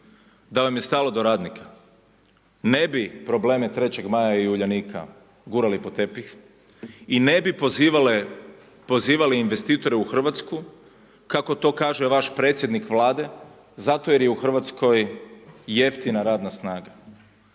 da vam je stalo do radnika. Ne bi probleme 3. maja i Uljanika gurali pod tepih i ne bi pozivali investitore u Hrvatsku kako to kaže vaš predsjednik Vlade, zato jer je u Hrvatskoj jeftina radna snaga.